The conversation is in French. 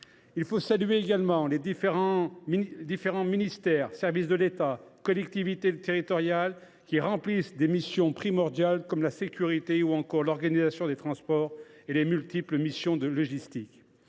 Il faut saluer également le travail des différents ministères, des services de l’État et des collectivités territoriales, qui remplissent des missions primordiales comme la sécurité ou encore l’organisation des transports et les multiples missions de logistique.